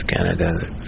Canada